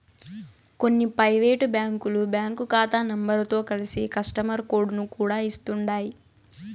కొన్ని పైవేటు బ్యాంకులు బ్యాంకు కాతా నెంబరుతో కలిసి కస్టమరు కోడుని కూడా ఇస్తుండాయ్